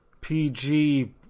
PG